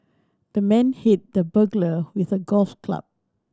the man hit the burglar with a golf club